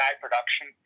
production